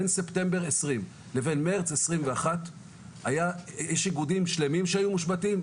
בין ספטמבר 2020 לבין מרץ 2021 יש איגודים שלמים שהיו מושבתים,